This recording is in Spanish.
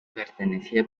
pertenecía